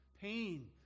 pain